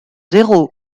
zéro